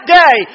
day